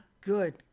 Good